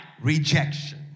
rejection